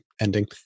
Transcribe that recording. ending